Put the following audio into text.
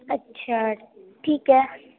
اچھا ٹھیک ہے